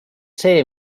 see